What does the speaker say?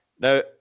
Now